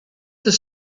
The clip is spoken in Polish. też